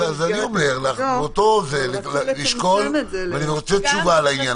אז אני מציע לשקול לכלול גם את העובדים